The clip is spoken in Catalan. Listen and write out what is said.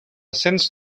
cents